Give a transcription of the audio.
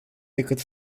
decât